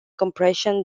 compression